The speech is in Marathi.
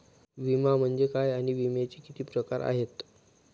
विमा म्हणजे काय आणि विम्याचे किती प्रकार आहेत?